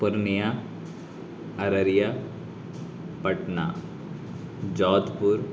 Purnia Araria Patna Jodhpur